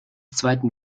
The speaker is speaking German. zweiten